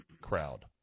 crowd